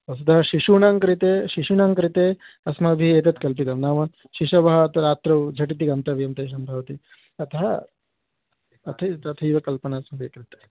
वस्तुतः शिशूनां कृते शिशूनां कृते अस्माभिः एतत् कल्पितं नाम शिशवः रात्रौ झटिति गन्तव्यं तेषां भवति अतः तथैव तथैव कल्ना